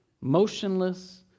motionless